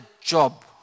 job